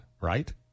right